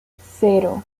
cero